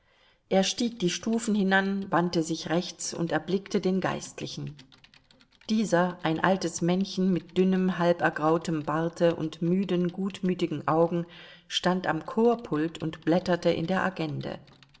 er stieg die stufen hinan wandte sich rechts und erblickte den geistlichen dieser ein altes männchen mit dünnem halb ergrautem barte und müden gutmütigen augen stand am chorpult und blätterte in der agende